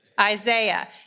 Isaiah